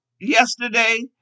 yesterday